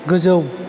गोजौ